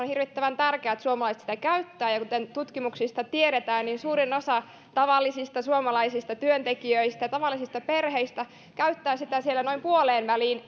hirvittävän tärkeää että suomalaiset kotitalousvähennystä käyttävät ja kuten tutkimuksista tiedetään suurin osa tavallisista suomalaisista työntekijöistä ja tavallisista perheistä käyttää sitä noin puoleenväliin